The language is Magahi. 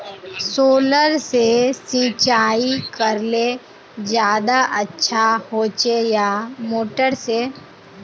सोलर से सिंचाई करले ज्यादा अच्छा होचे या मोटर से?